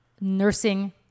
nursing